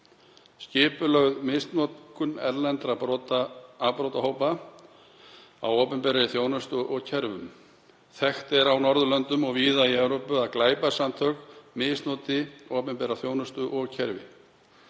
Skipulögð misnotkun erlendra afbrotahópa á opinberri þjónustu og kerfum: Þekkt er á Norðurlöndum og víðar í Evrópu að glæpasamtök misnoti opinbera þjónustu og kerfi